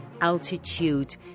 Altitude